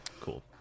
Cool